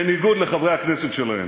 בניגוד לחברי הכנסת שלהם.